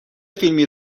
فیلمی